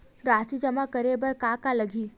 राशि जमा करे बर का का लगथे?